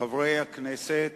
חברי הכנסת,